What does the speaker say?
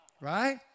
right